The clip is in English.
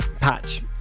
Patch